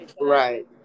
Right